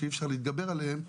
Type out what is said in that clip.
שאי אפשר להתגבר עליהם,